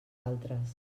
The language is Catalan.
altres